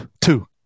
two